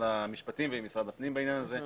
המשפטים ועם משרד הפנים בעניין הזה,